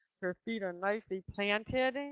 her feet are nicely planted. and